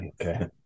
okay